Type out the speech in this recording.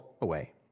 away